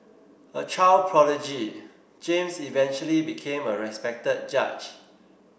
a child prodigy James eventually became a respected judge